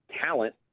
talent